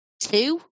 two